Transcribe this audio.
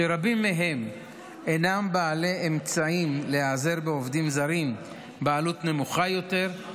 שרבים מהם אינם בעלי אמצעים להיעזר בעובדים זרים בעלות נמוכה יותר,